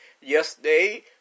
yesterday